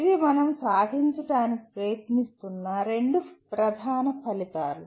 ఇవి మనం సాధించడానికి ప్రయత్నిస్తున్న రెండు ప్రధాన ఫలితాలు